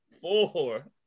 four